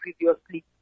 previously